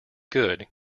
good